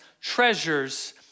treasures